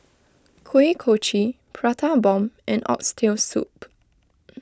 Kuih Kochi Prata and Bomb and Oxtail Soup